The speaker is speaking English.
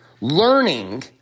learning